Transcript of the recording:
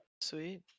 Sweet